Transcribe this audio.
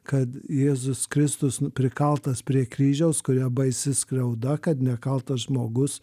kad jėzus kristus prikaltas prie kryžiaus kur yra baisi skriauda kad nekaltas žmogus